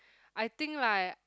I think like